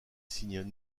signent